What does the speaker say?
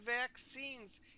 vaccines